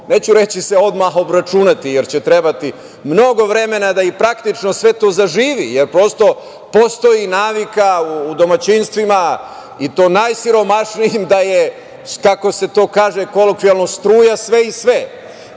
neću reći se odmah obračunati, jer će trebati mnogo vremena da i praktično sve to zaživi, jer prosto postoji navika u domaćinstvima i to najsiromašnijim da je, kako se to kaže kolokvijalno – struja sve i sve,